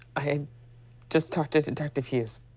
i just talked to detective hughes.